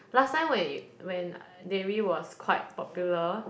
last time when it when Dayre was quite popular